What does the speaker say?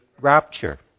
rapture